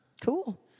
Cool